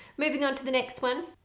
moving on to the next one.